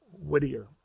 Whittier